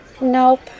Nope